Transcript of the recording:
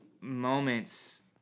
moments